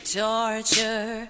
torture